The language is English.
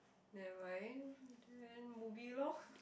nevermind then movie lor